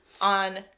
on